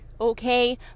Okay